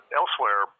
elsewhere